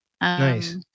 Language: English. Nice